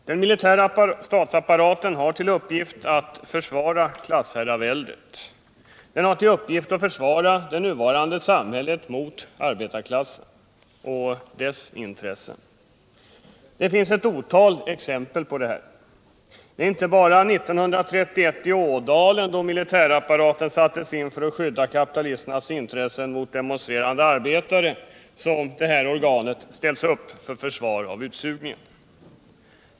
Den militära statsapparaten har till uppgift att försvara klassherraväldet — den har till uppgift att försvara det nuvarande samhället mot arbetarklassen och dess intressen. Det finns ett otal exempel på detta. Det är inte bara i Ådalen 1931, då militärapparaten sattes in för att skydda kapitalisternas intressen mot demonstrerande arbetare, som detta organ har ställts upp för försvar av utsugningen.